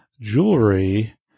jewelry